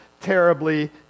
terribly